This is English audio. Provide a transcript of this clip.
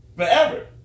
forever